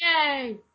Yay